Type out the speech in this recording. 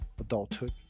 adulthood